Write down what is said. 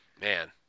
Man